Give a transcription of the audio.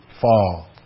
fall